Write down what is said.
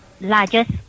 largest